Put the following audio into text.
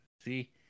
See